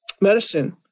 medicine